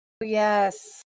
yes